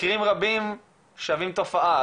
מקרים רבים שווים תופעה,